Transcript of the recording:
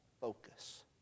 focus